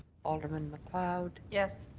alderman macleod. yes.